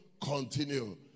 continue